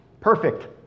perfect